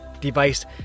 device